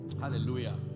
Hallelujah